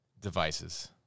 devices